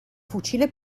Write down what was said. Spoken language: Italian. fucile